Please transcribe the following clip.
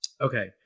Okay